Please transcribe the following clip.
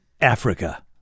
Africa